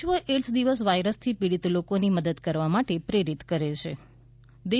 વિશ્વ એઇડસ દિવસ વાયરસથી પીડીત લોકોની મદદ કરવા માટે પ્રેરિત કરેછે